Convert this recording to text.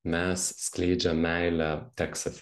mes skleidžiam meilę teksase